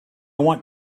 want